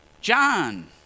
John